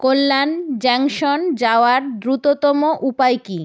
কল্যাণ junction যাওয়ার দ্রুততম উপায় কী